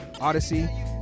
Odyssey